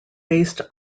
based